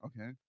Okay